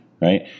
right